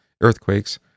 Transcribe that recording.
earthquakes